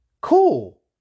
cool